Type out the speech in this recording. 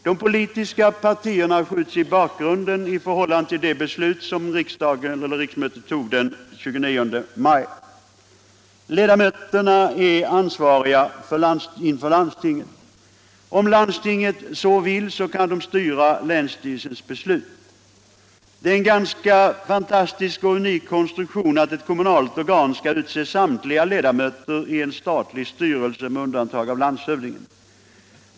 De politiska partierna skjuts i bakgrunden i förhållande till det beslut som riksdagen fattade den 29 maj. Ledamöterna är ansvariga inför landstinget. Om landstinget så vill kan det styra länsstyrelsens beslut. Det är en ganska fantastisk och unik konstruktion att ett kommunalt organ skall utse samtliga ledamöter i en statlig styrelse, med undantag av landshövdingen.